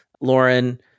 Lauren